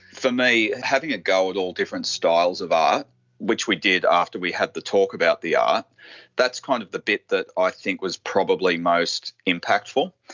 for me, having a go at all different styles of art which we did after we had the talk about the art that's kind of the bit that i think was probably most impactful.